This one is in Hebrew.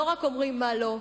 לא רק אומרים מה לא,